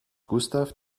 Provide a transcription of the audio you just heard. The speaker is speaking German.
gustav